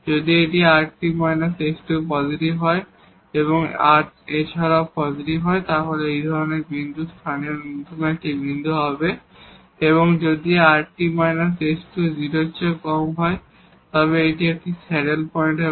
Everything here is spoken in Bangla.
যদি এটি rt − s2 পজিটিভ হয় এবং r এছাড়াও পজিটিভ হয় তাহলে এই ধরনের বিন্দু লোকাল মিনিমা একটি বিন্দু হবে এবং যদি rt − s2 0 এর কম হয় তবে এটি একটি স্যাডেল পয়েন্ট হবে